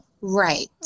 Right